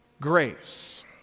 grace